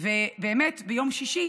ובאמת ביום שישי